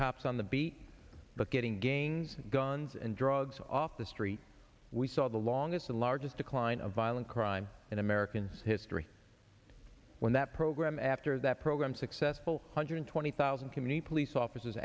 cops on the beat but getting games guns and drugs off the street we saw the longest and largest decline of violent crime in american history when that program after that program successful one hundred twenty thousand community police officers